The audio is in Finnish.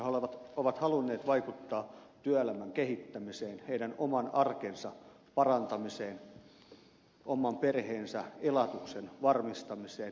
he ovat halunneet vaikuttaa työelämän kehittämiseen oman arkensa parantamiseen oman perheensä elatuksen varmistamiseen